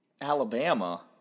Alabama